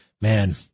Man